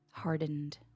hardened